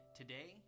Today